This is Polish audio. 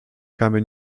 kamy